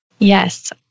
Yes